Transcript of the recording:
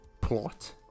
plot